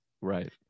Right